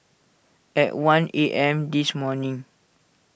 at one A M this morning